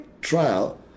trial